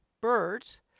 birds